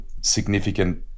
significant